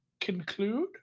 conclude